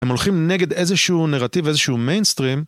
הם הולכים נגד איזשהו נרטיב, איזשהו מיינסטרים.